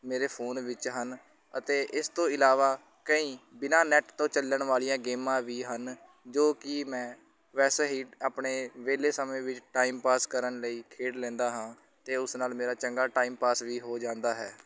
ਮੇਰੇ ਫ਼ੋਨ ਵਿੱਚ ਹਨ ਅਤੇ ਇਸ ਤੋਂ ਇਲਾਵਾ ਕਈ ਬਿਨਾਂ ਨੈੱਟ ਤੋਂ ਚੱਲਣ ਵਾਲੀਆਂ ਗੇਮਾਂ ਵੀ ਹਨ ਜੋ ਕਿ ਮੈਂ ਵੈਸੇ ਹੀ ਆਪਣੇ ਵਿਹਲੇ ਸਮੇਂ ਵਿੱਚ ਟਾਈਮਪਾਸ ਕਰਨ ਲਈ ਖੇਡ ਲੈਂਦਾ ਹਾਂ ਅਤੇ ਉਸ ਨਾਲ਼ ਮੇਰਾ ਚੰਗਾ ਟਾਈਮਪਾਸ ਵੀ ਹੋ ਜਾਂਦਾ ਹੈ